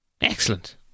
Excellent